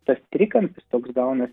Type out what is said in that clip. tas trikampis toks gaunas